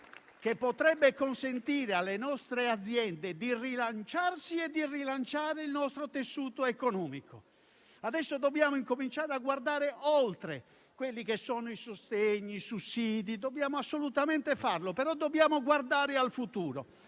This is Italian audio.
che potrebbe consentire alle nostre aziende di rilanciarsi e di rilanciare il nostro tessuto economico. Adesso dobbiamo cominciare a guardare oltre i sostegni e i sussidi: dobbiamo assolutamente farlo, ma dobbiamo guardare al futuro.